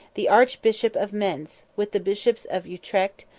the arch bishop of mentz, with the bishops of utrecht,